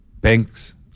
banks